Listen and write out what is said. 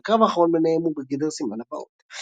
והקרב האחרון ביניהם הוא בגדר סימן לבאות.